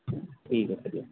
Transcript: ঠিক আছে দিয়ক